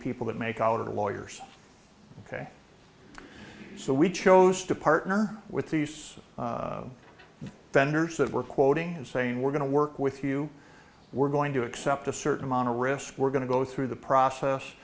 people that make out of the lawyers ok so we chose to partner with these vendors that we're quoting and saying we're going to work with you we're going to accept a certain amount of risk we're going to go through the process